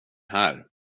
här